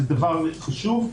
חשוב,